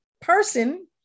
person